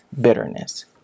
bitterness